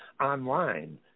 online